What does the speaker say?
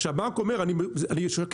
כשהבנק אומר אני שקט,